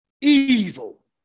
evil